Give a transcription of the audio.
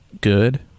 good